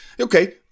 okay